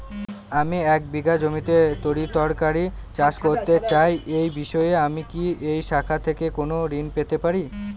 আমি এক বিঘা জমিতে তরিতরকারি চাষ করতে চাই এই বিষয়ে আমি কি এই শাখা থেকে কোন ঋণ পেতে পারি?